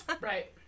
Right